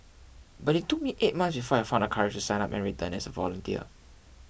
but it took me eight months before I found the courage to sign up and return as a volunteer